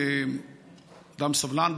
אדם סבלן,